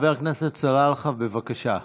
חבר הכנסת סלאלחה, בבקשה.